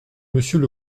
monsieur